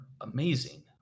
amazing